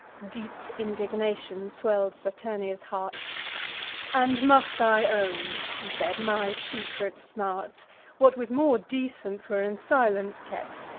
deep indignation swell'd saturnia's heart and must i own, she said, my secret smart what with more decence were in silence kept,